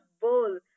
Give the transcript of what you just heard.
Bowl